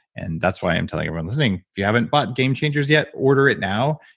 and that's why i'm telling everyone listening. if you haven't bought game changers yet, order it now,